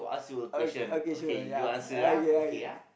o~ okay sure ya okay okay